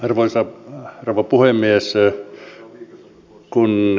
arvoisa rouva puhemies